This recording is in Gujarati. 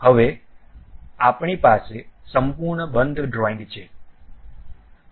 હવે અમારી પાસે સંપૂર્ણ બંધ ચિત્ર છે